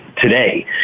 today